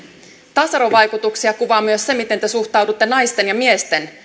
tasa arvovaikutuksia kuvaa myös se miten te suhtaudutte naisten ja miesten